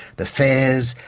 the fares,